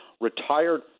retired